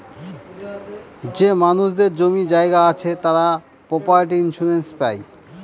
যে মানুষদের জমি জায়গা আছে তারা প্রপার্টি ইন্সুরেন্স পাই